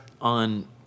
on